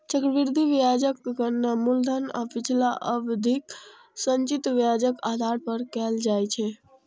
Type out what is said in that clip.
चक्रवृद्धि ब्याजक गणना मूलधन आ पिछला अवधिक संचित ब्याजक आधार पर कैल जाइ छै